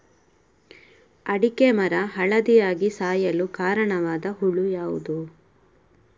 ಅಡಿಕೆ ಮರ ಹಳದಿಯಾಗಿ ಸಾಯಲು ಕಾರಣವಾದ ಹುಳು ಯಾವುದು?